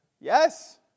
Yes